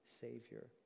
Savior